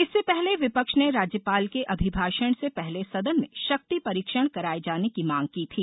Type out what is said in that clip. इससे पहले विपक्ष ने राज्यपाल के अभिभषण से पहले सदन में शक्ति परीक्षण कराये जाने की मांग की थी